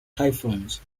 typhoons